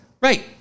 Right